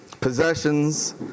possessions